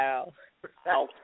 wow